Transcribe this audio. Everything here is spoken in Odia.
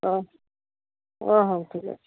ହଁ ହଁ ହେଉ ଠିକ୍ ଅଛି